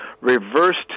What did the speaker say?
reversed